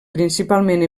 principalment